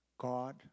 God